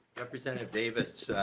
representative davids